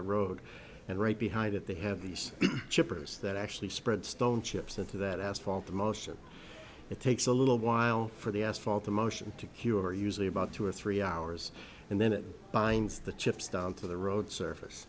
the road and right behind it they have these chippers that actually spread stone chips into that asphalt the motion it takes a little while for the asphalt the motion to cure usually about two or three hours and then it binds the chips down to the road surface